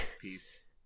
Peace